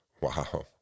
Wow